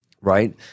right